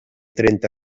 trenta